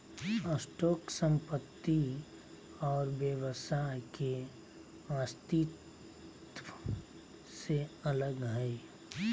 stock संपत्ति और व्यवसाय के अस्तित्व से अलग हइ